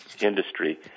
industry